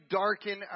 darken